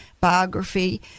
biography